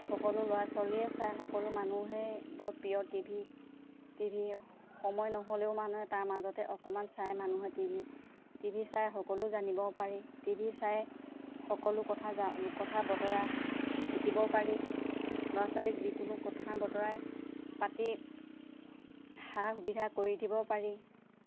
সকলো ল'ৰা ছোৱালীয়ে চাই সকলো মানুহে বৰ প্ৰিয় টি ভি টি ভি সময় নহ'লেও মানুহে তাৰ মাজতে অকমান চায় মানুহে টি ভি টি ভি চাই সকলো জানিব পাৰি টি ভি চাই সকলো কথা কথা বতৰা শিকিব পাৰি ল'ৰা ছোৱালীক যিকোনো কথা বতৰাই পাতি সা সুবিধা কৰি দিব পাৰি